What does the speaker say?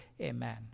amen